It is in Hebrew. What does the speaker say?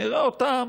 נראה אותם